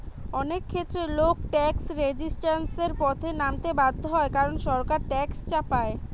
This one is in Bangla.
অনেক ক্ষেত্রে লোক ট্যাক্স রেজিস্ট্যান্সের পথে নামতে বাধ্য হয় কারণ সরকার ট্যাক্স চাপায়